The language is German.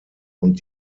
und